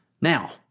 Now